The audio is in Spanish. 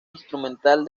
instrumental